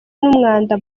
n’umwanda